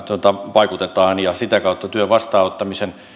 vaikutetaan ja sitä kautta työn vastaanottamisen